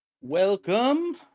welcome